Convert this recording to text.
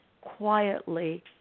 quietly